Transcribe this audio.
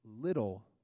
little